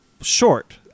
short